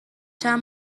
چند